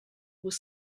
was